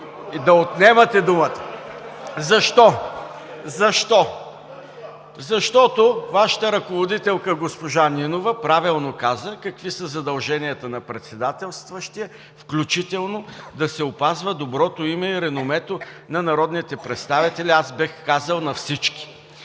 за България“ и ДПС.) Защо? Защото Вашата ръководителка госпожа Нинова правилно каза какви са задълженията на председателстващия, включително да се опазва доброто име и реномето на народните представители, а аз бих казал – на всички.